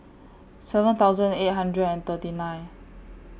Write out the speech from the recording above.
seven thousand eight hundred and thirty nine